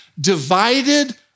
Divided